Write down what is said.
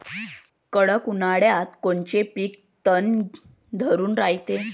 कडक उन्हाळ्यात कोनचं पिकं तग धरून रायते?